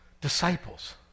Disciples